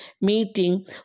meeting